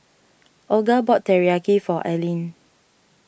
Olga bought Teriyaki for Alline